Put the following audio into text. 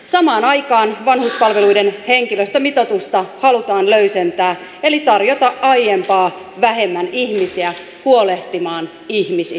samaan aikaan vanhuspalveluiden henkilöstömitoitusta halutaan löysentää eli tarjota aiempaa vähemmän ihmisiä huolehtimaan ihmisistä